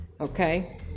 okay